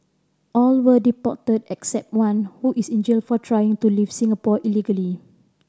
all were deported except one who is in jail for trying to leave Singapore illegally